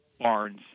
barns